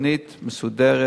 בתוכנית מסודרת.